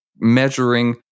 measuring